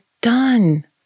done